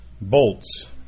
bolts